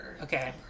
Okay